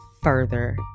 further